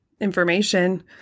information